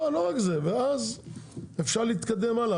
לא, לא רק זה, ואז אפשר להתקדם הלאה.